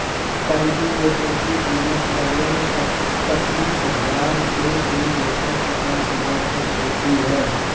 cultivator की कीमत लगभग पचीस हजार से शुरू होकर पचास हजार तक होती है